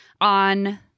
on